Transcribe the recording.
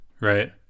right